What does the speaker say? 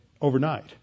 overnight